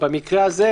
במקרה הזה,